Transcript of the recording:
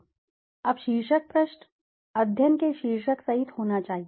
अब शीर्षक पृष्ठ अध्ययन के शीर्षक सहित होना चाहिए